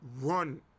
run